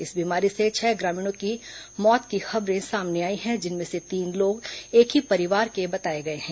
इस बीमारी से छह ग्रामीणों की मौत की खबरें सामने आई हैं जिनमें से तीन लोग एक ही परिवार के बताए गए हैं